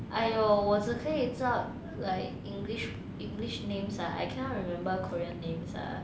!aiyo! 我只可以找 like english english names ah I cannot remember korean names ah